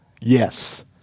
Yes